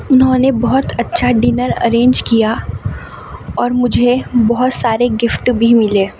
اُنہوں نے بہت اچھا ڈنر ارینج کیا اور مجھے بہت سارے گفٹ بھی ملے